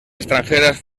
extranjeras